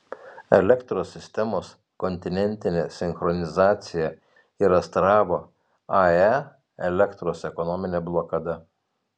elektros sistemos kontinentinė sinchronizacija ir astravo ae elektros ekonominė blokada